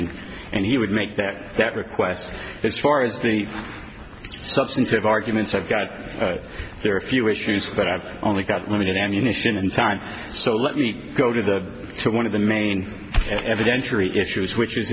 and and he would make that that request as far as the substantive arguments i've got there are a few issues but i've only got limited ammunition and time so let me go to the one of the main evidentiary issues which is